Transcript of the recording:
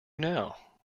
now